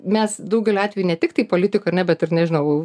mes daugeliu atvejų ne tiktai politikų ar ne bet ir nežinau